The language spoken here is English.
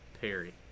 Perry